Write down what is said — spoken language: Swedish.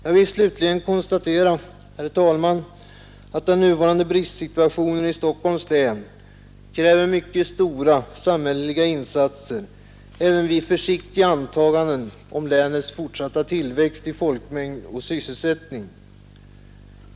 Jag vill slutligen kosntatera, herr talman, att den nuvarande bristsitua tionen i Stockholms län kräver mycket stora samhälleliga insatser även vid försiktiga antaganden om länets fortsatta tillväxt i folkmängd och sysselsättning.